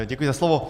Děkuji za slovo.